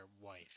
wife